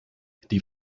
die